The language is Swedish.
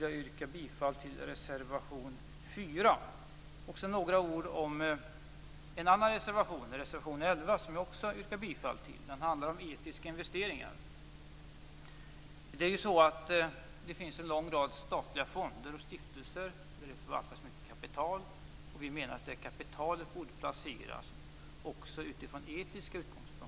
Jag yrkar bifall till reservation 4. Sedan några ord om reservation 11, som jag också yrkar bifall till. Den handlar om etiska investeringar. Det finns en lång rad statliga fonder och stiftelser där det förvaltas mycket kapital. Vi menar att kapitalet även borde placeras utifrån etiska utgångspunkter.